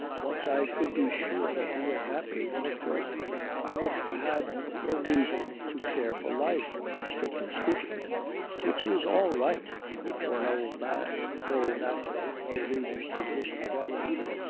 once i could be sure that you were happy then of course i would have had no reason to care for life strictly speaking which is all right for an old man though naturally. no reason to wish for death either.